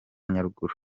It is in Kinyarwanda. nyaruguru